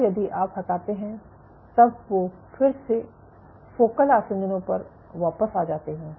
और यदि आप हटाते हैं तब वो फिर से फोकल आसंजनों पर वापस आ जाते हैं